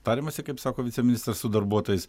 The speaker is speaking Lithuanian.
tariamasi kaip sako viceministras su darbuotojais